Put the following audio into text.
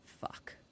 fuck